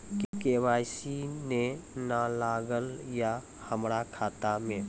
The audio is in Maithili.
के.वाई.सी ने न लागल या हमरा खाता मैं?